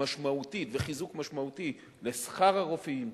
משמעותית וחיזוק משמעותי לשכר הרופאים,